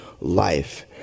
life